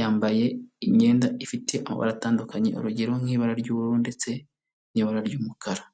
Yambaye imyenda ifite amabara atandukanye, urugero nk'ibara ry'ubururu ndetse n'ibara ry'umukara.